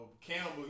Campbell